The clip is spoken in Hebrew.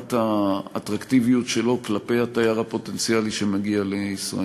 מידת האטרקטיביות שלו כלפי התייר הפוטנציאלי שמגיע לישראל.